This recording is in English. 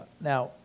now